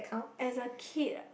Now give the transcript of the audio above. as a kid